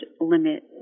limit